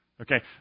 okay